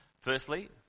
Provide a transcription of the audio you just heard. Firstly